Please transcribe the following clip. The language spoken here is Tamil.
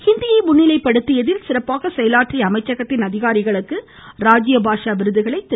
ஹிந்தியை முன்னிலைப்படுத்தியதில் சிறப்பாக செயலாற்றிய அமைச்சகத்தின் அதிகாரிகளுக்கு ராஜ்ய பாஷா விருதுகளை திரு